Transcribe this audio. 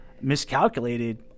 Miscalculated